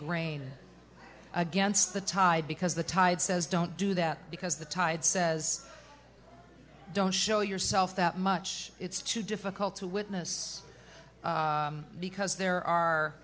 grain against the tide because the tide says don't do that because the tide says don't show yourself that much it's too difficult to witness because there are